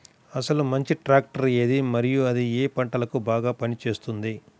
అసలు మంచి ట్రాక్టర్ ఏది మరియు అది ఏ ఏ పంటలకు బాగా పని చేస్తుంది?